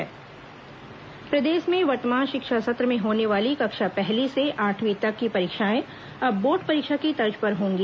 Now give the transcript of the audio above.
school परीक्षा board प्रदेश में वर्तमान शिक्षा सत्र में होने वाली कक्षा पहली से आठवीं तक की परीक्षाएं अब बोर्ड परीक्षा की तर्ज पर होंगी